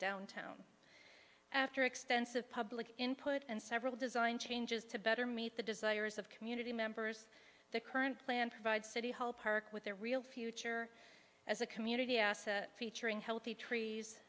downtown after extensive public input and several design changes to better meet the desires of community members the current plan provides city hall park with a real future as a community featuring healthy trees